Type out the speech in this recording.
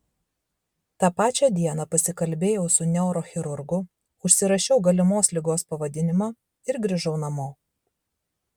tą pačią dieną pasikalbėjau su neurochirurgu užsirašiau galimos ligos pavadinimą ir grįžau namo